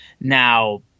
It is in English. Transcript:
Now